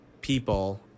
people